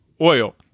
oil